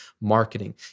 marketing